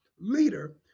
leader